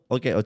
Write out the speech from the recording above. Okay